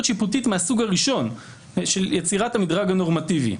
שיפוטית מהסוג הראשון של יצירת המדרג הנורמטיבי.